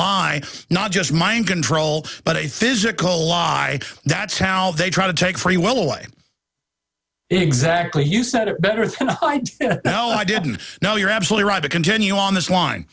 lie not just mind control but a physical lie that's how they try to take freewill away exactly you said it better oh i didn't know you're absolutely right to continue on this line